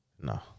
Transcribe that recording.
No